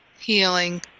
healing